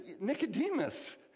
Nicodemus